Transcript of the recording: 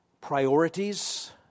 priorities